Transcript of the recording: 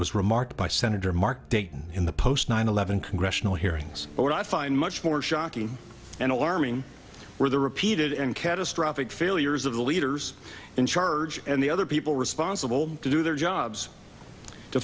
was remarked by senator mark dayton in the post nine eleven congressional hearings but what i find much more shocking and alarming were the repeated and catastrophic failures of the leaders in charge and the other people responsible to do their jobs to